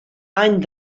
any